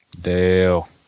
Dale